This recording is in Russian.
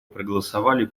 проголосовали